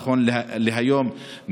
נכון להיום,